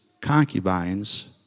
concubines